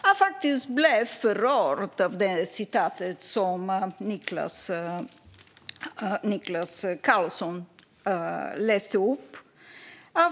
Fru talman! Jag blev faktiskt rörd av det citat som Niklas Karlsson läste upp.